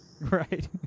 Right